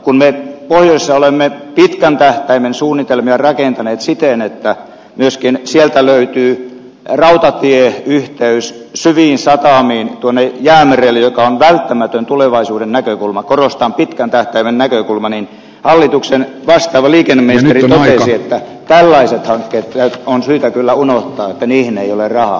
kun me pohjoisessa olemme pitkän tähtäimen suunnitelmia rakentaneet siten että myöskin sieltä löytyy rautatieyhteys syviin satamiin tuonne jäämerelle mikä on välttämätön tulevaisuuden näkökulma korostan pitkän tähtäimen näkökulma niin hallituksen vastaava liikenneministeri totesi että tällaiset hankkeet on syytä kyllä unohtaa että niihin ei ole rahaa